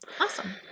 Awesome